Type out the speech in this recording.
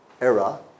era